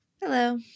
Hello